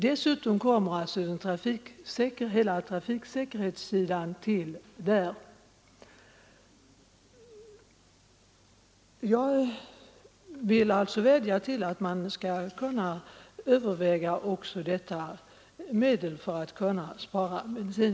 Dessutom tillkommer hela trafiksäkerhetsaspekten. Jag vill därför påpeka för kommunikationsministern att också detta är ett argument för att vi bör spara bensin.